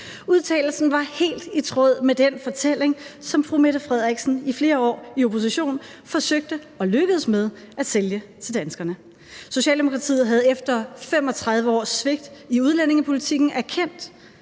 Udtalelsen var helt i tråd med den fortælling, som fru Mette Frederiksen i flere år i opposition forsøgte og lykkedes med at sælge til danskerne. Socialdemokratiet havde efter 35 års svigt i udlændingepolitikken erkendt,